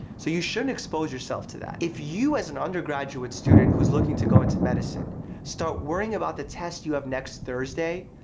so you shouldn't expose yourself to that. if you as an undergraduate student who's looking to go into medicine start worrying about the test you have next thursday,